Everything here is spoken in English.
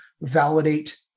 validate